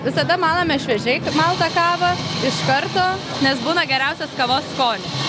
visada malame šviežiai maltą kavą iš karto nes būna geriausias kavos skonis